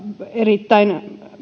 erittäin